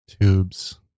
Tubes